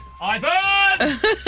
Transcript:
Ivan